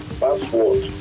password